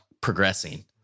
progressing